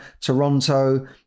Toronto